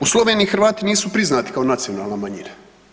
U Sloveniji Hrvati nisu priznati kao nacionalna manjina.